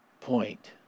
point